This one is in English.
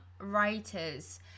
writers